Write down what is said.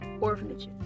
orphanages